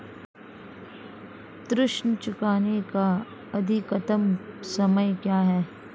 ऋण चुकाने का अधिकतम समय क्या है?